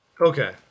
Okay